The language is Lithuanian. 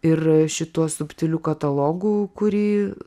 ir šituo subtiliu katalogu kurį